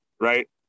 right